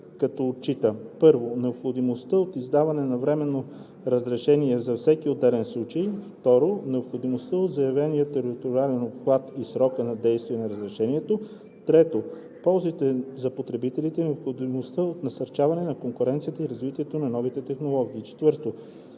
като отчита: 1. необходимостта от издаване на временно разрешение за всеки отделен случай; 2. необходимостта от заявения териториален обхват и срока на действие на разрешението; 3. ползите за потребителите и необходимостта от насърчаване на конкуренцията и развитието на новите технологии; 4.